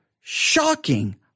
Shocking